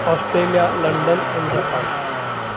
Australia London and Japan